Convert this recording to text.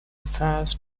affairs